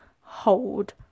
hold